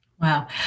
Wow